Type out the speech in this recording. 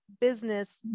business